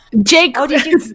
Jake